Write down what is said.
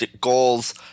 goals